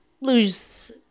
lose –